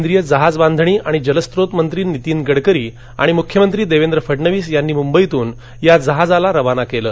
केंद्रीय जहाजबांधणी आणि जलस्रोत मंत्री नितीन गडकरी आणि मुख्यमंत्री देवेंद्र फडणवीस यांनी मुंबईतून या जहाजाला रवाना केलं